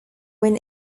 win